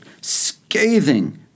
scathing